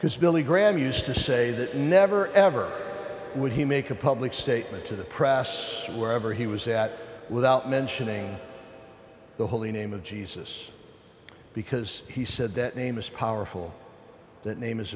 because billy graham used to say that never ever would he make a public statement to the press wherever he was at without mentioning the holy name of jesus because he said that amos powerful that name